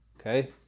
Okay